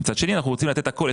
מצד שני אנחנו רוצים לתת הכול,